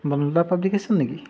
publication নেকি